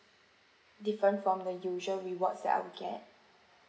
different from the usual rewards that I will get